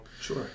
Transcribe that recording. sure